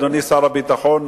אדוני שר הביטחון,